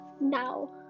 now